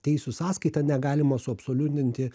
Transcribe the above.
teisių sąskaita negalima suabsoliutinti